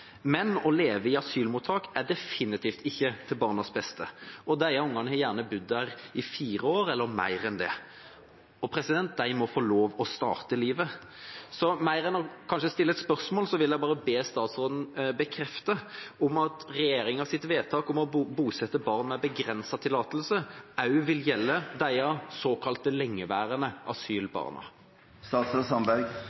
Men å leve i asylmottak er definitivt ikke til barnas beste. De ungene har gjerne bodd der i fire år eller mer. De må få lov å starte livet. Kanskje mer enn å stille et spørsmål vil jeg be statsråden bekrefte at regjeringas vedtak om å bosette barn med begrenset tillatelse også vil gjelde de såkalt lengeværende